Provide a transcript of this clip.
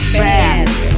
fast